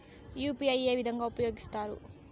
UPI ఏ విధంగా ఉపయోగిస్తారు?